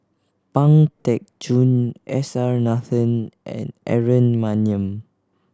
Pang Teck Joon S R Nathan and Aaron Maniam